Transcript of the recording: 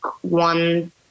one